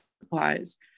supplies